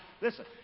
listen